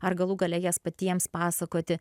ar galų gale jas patiems pasakoti